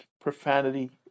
profanity